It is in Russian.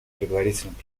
предварительного